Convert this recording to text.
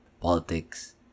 politics